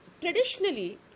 traditionally